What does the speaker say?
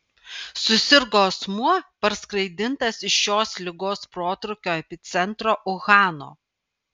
susirgo asmuo parskraidintas iš šios ligos protrūkio epicentro uhano